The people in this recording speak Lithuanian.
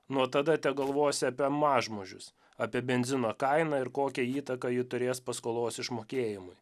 nuo tada tegalvosi apie mažmožius apie benzino kainą ir kokią įtaką ji turės paskolos išmokėjimui